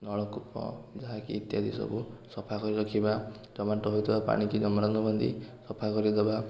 ନଳକୂପ ଯାହାକି ଇତ୍ୟାଦି ସବୁ ସଫା କରି ରଖିବା ଜମାଟ ହୋଇଥିବା ପାଣିକି ଜମାଟ ନ ବାନ୍ଧି ସଫା କରି ଦେବା